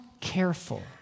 careful